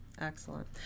Excellent